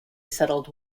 settled